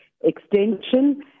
Extension